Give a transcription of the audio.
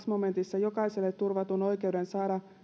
momentissa jokaiselle turvatun oikeuden saada